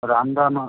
Ramdham